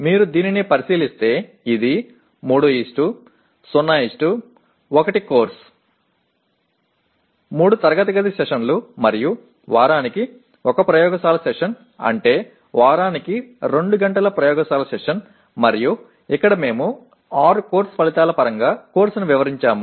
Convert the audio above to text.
మీరు దీనిని పరిశీలిస్తే ఇది 301 కోర్సు 3 తరగతి గది సెషన్లు మరియు వారానికి 1 ప్రయోగశాల సెషన్ అంటే వారానికి 2 గంటల ప్రయోగశాల సెషన్ మరియు ఇక్కడ మేము 6 కోర్సు ఫలితాల పరంగా కోర్సును వివరించాము